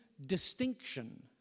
Distinction